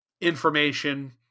information